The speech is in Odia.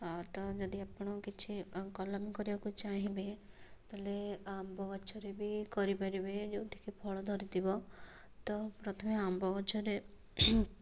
ଅ ତ ଯଦି ଆପଣ କିଛି କଲମୀ କରିବାକୁ ଚାହିଁବେ ତାହେଲେ ଆମ୍ବ ଗଛରେ ବି କରିପାରିବେ ଯଉଁଠିକି ଫଳ ଧରିଥିବ ତ ପ୍ରଥମେ ଆମ୍ବ ଗଛରେ